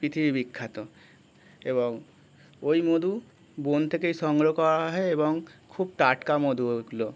পৃথিবী বিখ্যাত এবং ওই মধু বন থেকেই সংগ্রহ করা হয় এবং খুব টাটকা মধুগুলো